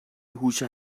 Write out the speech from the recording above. هوش